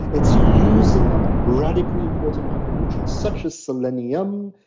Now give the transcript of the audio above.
it's using up radically important micronutrients such as selenium.